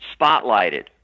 spotlighted